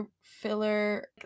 filler